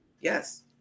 Yes